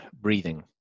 breathing